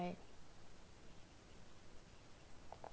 right